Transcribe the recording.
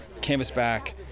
Canvasback